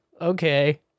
Okay